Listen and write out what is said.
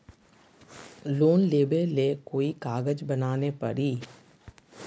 Loan लेबे ले कोई कागज बनाने परी?